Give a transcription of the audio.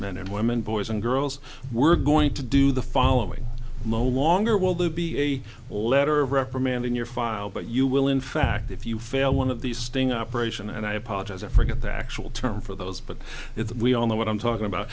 men and women boys and girls we're going to do the following mow longer will there be a letter of reprimand in your file but you will in fact if you fail one of these sting operation and i apologize i forget the actual term for those but if we all know what i'm talking